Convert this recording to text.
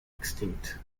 extinct